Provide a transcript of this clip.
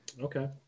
Okay